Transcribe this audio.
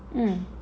mm